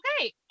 okay